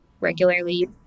regularly